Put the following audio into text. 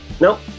nope